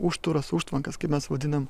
užtūras užtvankas kai mes vadinam